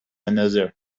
another